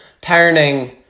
turning